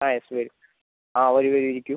ആ യെസ് വരൂ ആ വരൂ വരൂ ഇരിക്കൂ